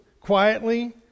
quietly